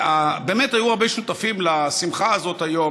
ובאמת, היו הרבה שותפים לשמחה הזאת היום.